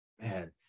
man